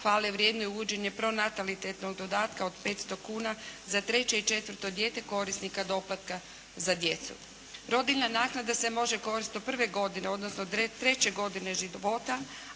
Hvale vrijedno je uvođenje pronatalitetnog dodatka od 500 kuna za treće i četvrto dijete korisnika doplatka za djecu. Rodiljna naknada se može koristiti do prve godine od treće godine života,